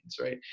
right